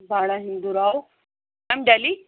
باڑا ہندو راؤ میم ڈہلی